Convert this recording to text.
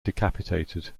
decapitated